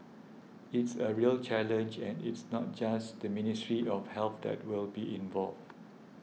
it's a real challenge and it's not just the Ministry of Health that will be involved